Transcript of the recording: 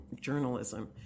journalism